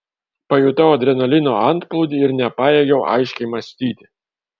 pajutau adrenalino antplūdį ir nepajėgiau aiškiai mąstyti